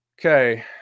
okay